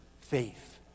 faith